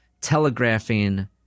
telegraphing